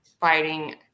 fighting